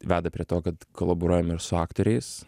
veda prie to kad kolaboruojam ir su aktoriais